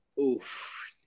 oof